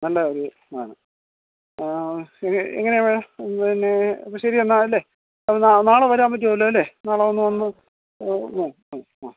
നല്ല ഒരു ആണ് എങ്ങനെയാണ് ഒന്നെന്നേ ശരി എന്നാല്ലേ അത് നാളെ വരാൻ പറ്റുമല്ലോ അല്ലേ നാളെ ഒന്ന് വന്ന് ഒന്ന് ആ ആ ആ